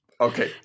Okay